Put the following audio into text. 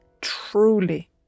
truly